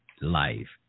life